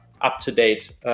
up-to-date